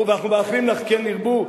ואנחנו מאחלים לך: כן ירבו,